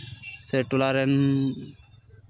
ᱥᱮ ᱴᱚᱞᱟ ᱨᱮᱱ